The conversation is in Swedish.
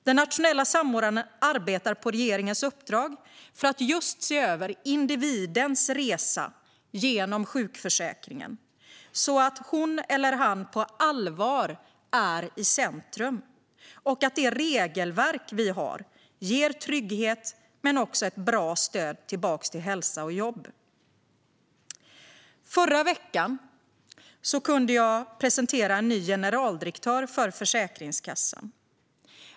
Den nationella samordnaren arbetar på regeringens uppdrag för att se över just individens resa genom sjukförsäkringen så att hon eller han på allvar är i centrum och så att det regelverk vi har ger trygghet och ett bra stöd tillbaka till hälsa och jobb. Förra veckan kunde jag presentera en ny generaldirektör för Försäkringskassan.